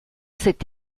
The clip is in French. cet